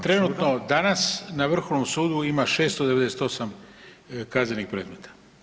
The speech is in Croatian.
Trenutno danas na Vrhovnom sudu ima 698 kaznenih predmeta.